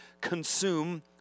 consume